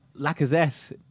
Lacazette